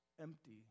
empty